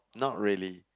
not really